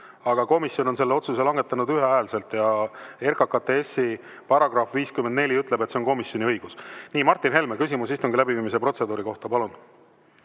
aga komisjon on selle otsuse langetanud ühehäälselt ja RKKTS‑i § 54 ütleb, et see on komisjoni õigus. Nii, Martin Helme, küsimus istungi läbiviimise protseduuri kohta, palun!